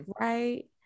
Right